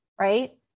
Right